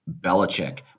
Belichick